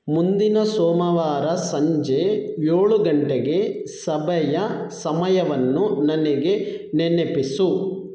ಮುಂದಿನ ಸೋಮವಾರ ಸಂಜೆ ಏಳು ಗಂಟೆಗೆ ಸಭೆಯ ಸಮಯವನ್ನು ನನಗೆ ನೆನಪಿಸು